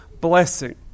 blessing